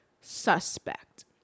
suspect